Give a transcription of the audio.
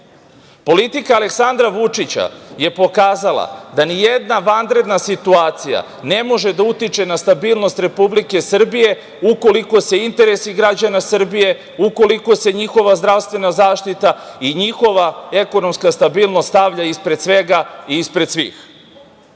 mediji. Politika Aleksandra Vučića je pokazala da nijedna vanredna situacija ne može da utiče na stabilnost Republike Srbije, ukoliko se interesi građana Srbije, ukoliko se njihova zdravstvena zaštita i njihova ekonomska stabilnost, stavlja ispred svega i ispred